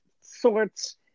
sorts